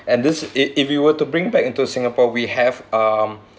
and this it if you were to bring back into singapore we have um